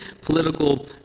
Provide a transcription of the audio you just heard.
political